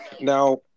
Now